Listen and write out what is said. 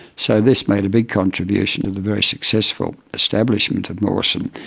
so this made a big contribution to the very successful establishment of mawson.